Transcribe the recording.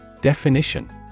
Definition